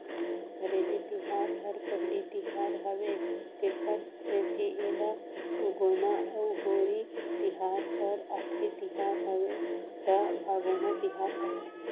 हरेली तिहार हर पहिली तिहार हवे तेखर सेंथी एला उगोना अउ होरी तिहार हर आखरी तिहर हवे त भागोना तिहार कहथें